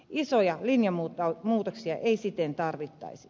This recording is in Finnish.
isoja linjamuutoksia ei siten tarvittaisi